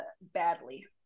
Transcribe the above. badly